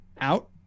out